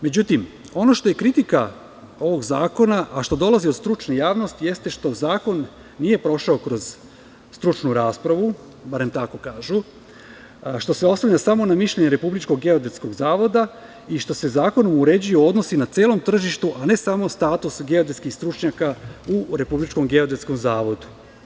Međutim, ono što je kritika ovog zakona, a što dolazi od stručne javnosti jeste što zakon nije prošao kroz stručnu raspravu, barem tako kažu, što se oslanja samo na mišljenje Republičkog geodetskog zavoda i što se zakonom uređuju odnosi na celom tržištu, a ne samo status geodetskih stručnjaka u Republičkom geodetskom zavodu.